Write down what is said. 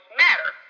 matter